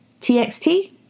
TXT